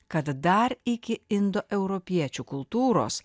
kad dar iki indoeuropiečių kultūros